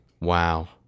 Wow